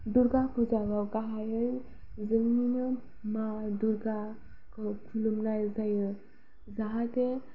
दुर्गा फुजायाव गाहायै जोंनिनो मा दुर्गाखौ खुलुमनाय जायो जाहाथे